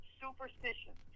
superstition